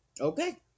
Okay